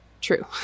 true